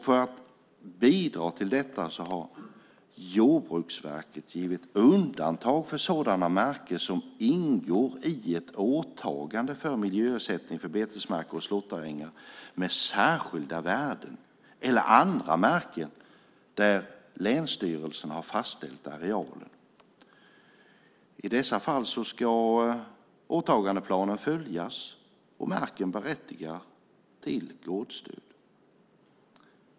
För att bidra till detta har Jordbruksverket givit undantag för sådana marker som ingår i ett åtagande för miljöersättning, för betesmarker och slåtterängar med särskilda värden eller andra marker där länsstyrelserna har fastställt arealen. I dessa fall ska åtgandeplanen följas om marken berättigar till gårdsstöd.